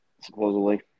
supposedly